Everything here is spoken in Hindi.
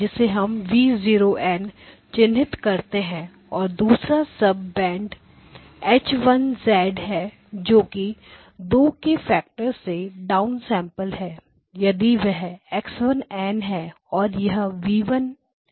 जिसे हम v0n चिन्हित करते हैं और दूसरा सब बैंड H 1 है जो कि 2 के फैक्टर से डाउनसेंपल हैयदि वह x1n है और यह v1 n है